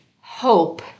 hope